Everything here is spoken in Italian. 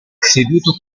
seduto